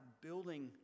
building